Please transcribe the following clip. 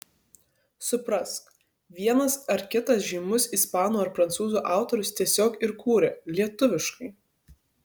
suprask vienas ar kitas žymus ispanų ar prancūzų autorius tiesiog ir kūrė lietuviškai